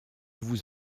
vous